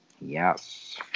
Yes